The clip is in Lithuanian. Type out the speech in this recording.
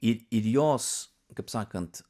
ir ir jos kaip sakant